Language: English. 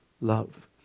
love